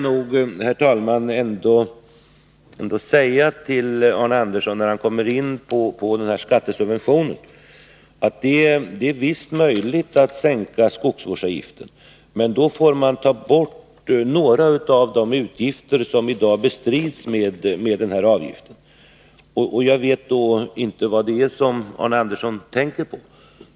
Eftersom Arne Andersson i Ljung kom in på skattesubventionen vill jag, herr talman, säga honom att det helt visst är möjligt att sänka skogsvårdsavgiften. Då får man emellertid ta bort några av de utgifter som i dag bestrids med den här avgiften. Jag vet då inte vad Arne Andersson tänker på.